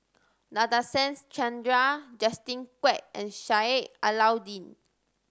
Nadasen Chandra Justin Quek and Sheik Alau'ddin